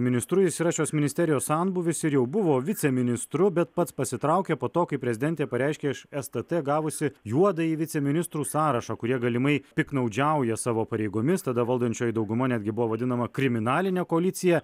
ministru jis yra šios ministerijos senbūvis ir jau buvo viceministru bet pats pasitraukė po to kai prezidentė pareiškė iš stt gavusi juodąjį viceministrų sąrašą kurie galimai piktnaudžiauja savo pareigomis tada valdančioji dauguma netgi buvo vadinama kriminaline koalicija